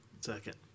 Second